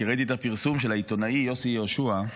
כי ראיתי את הפרסום של העיתונאי יוסי יהושע,